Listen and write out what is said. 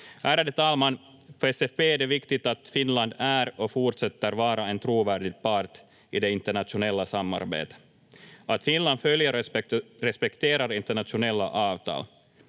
Ärade talman! För SFP är det viktigt att Finland är och fortsätter vara en trovärdig part i det internationella samarbetet och att Finland följer och respekterar internationella avtal.